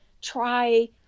try